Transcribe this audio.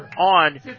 on